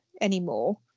anymore